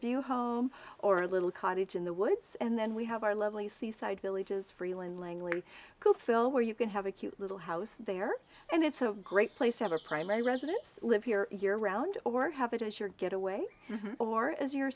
view or a little cottage in the woods and then we have our lovely seaside villages freelon langley to fill where you can have a cute little house they are and it's a great place to have a primary residence live here year round or have it as your get away or as your